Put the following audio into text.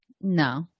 no